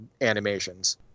animations